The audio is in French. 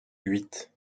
huit